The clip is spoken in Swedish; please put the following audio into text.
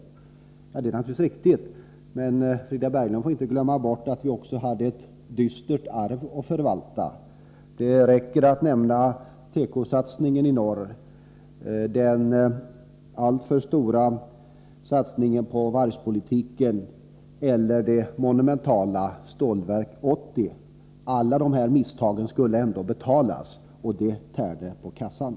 Ja, det är naturligtvis riktigt, men Frida Berglund får inte glömma bort att vi hade ett dystert arv att förvalta. Det räcker att nämna teko-satsningen i norr, den alltför stora satsningen på varvspolitiken och på det monumentala Stålverk 80. Alla dessa misstag skulle betalas, och det tärde på kassan.